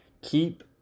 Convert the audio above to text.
keep